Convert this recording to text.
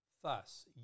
Thus